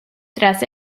tras